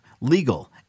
legal